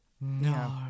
No